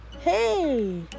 hey